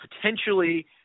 potentially